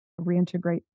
reintegrate